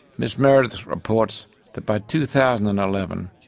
miss meredith reports that by two thousand and eleven,